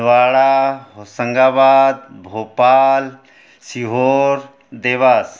Chhindwara Hoshangabad Bhopal Sehore Dewas